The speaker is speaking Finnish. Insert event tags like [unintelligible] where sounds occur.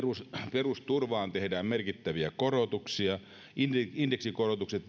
perusturvaan tehdään merkittäviä korotuksia indeksikorotukset [unintelligible]